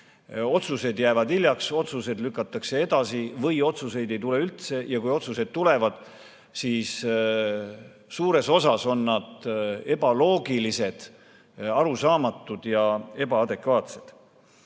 Otsused jäävad hiljaks, otsuseid lükatakse edasi või otsuseid ei tule üldse. Ja kui otsused tulevad, siis suures osas on nad ebaloogilised, arusaamatud ja ebaadekvaatsed. Vale